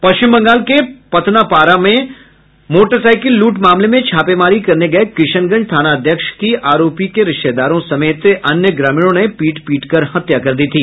पश्चिम बंगाल के पनतापाड़ा में मोटरसाइकिल लूट मामले में छापेमारी करने गये किशनगंज थानाध्यक्ष की आरोपी के रिश्तेदारों समेत अन्य ग्रामीणों ने पीट पीटकर हत्या कर दी थी